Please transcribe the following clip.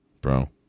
Bro